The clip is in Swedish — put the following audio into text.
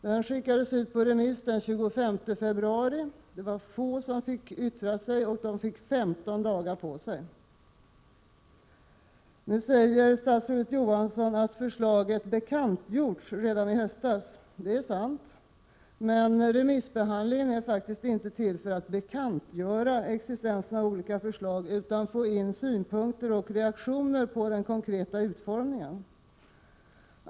Denna PM skickades ut på remiss den 25 februari. De få som fick yttra sig fick 15 dagar på sig. Nu säger statsrådet Johansson att förslaget bekantgjorts redan i höstas. Det är sant. Men remissbehandlingen är faktiskt inte till för att bekantgöra existensen av olika förslag utan för att man skall få in synpunkter och reaktioner på den konkreta utformningen av dem.